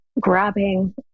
grabbing